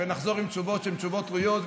ונחזור עם תשובות שהן תשובות ראויות.